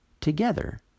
together